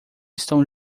estão